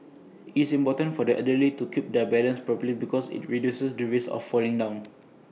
it's important for the elderly to keep their balance properly because IT reduces the risk of falling down